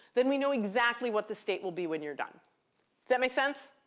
then we know exactly what the state will be when you're done. does that make sense?